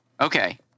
Okay